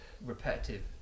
repetitive